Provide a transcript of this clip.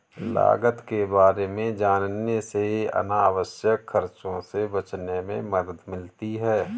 लागत के बारे में जानने से अनावश्यक खर्चों से बचने में मदद मिलती है